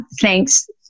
thanks